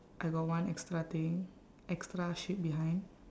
I got one extra thing extra sheep behind